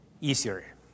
easier